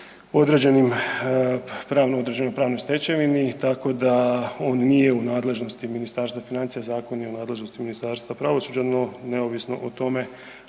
pravnoj stečevini, tako da on nije u nadležnosti Ministarstva financija, zakon je u nadležnosti Ministarstva pravosuđa, no, neovisno o tome,